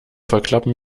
verklappen